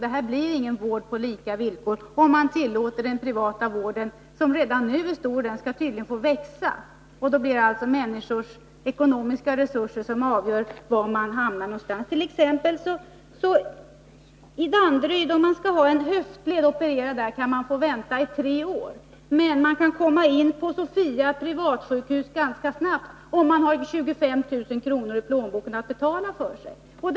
Det blir ingen vård på lika villkor, om man tillåter att den privata vården, som redan nu är stor, skall få växa. Då blir det människors ekonomiska resurser som avgör var de hamnar någonstans. Om man t.ex. skall ha en höftled opererad i Danderyd kan man få vänta i tre år, men man kan komma in på Sofia privatsjukhus ganska snabbt, om man har 25 000 kr. i plånboken att betala för sig med.